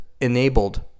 enabled